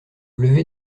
lever